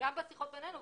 גם בשיחות בינינו,